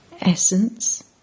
Essence